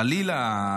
חלילה,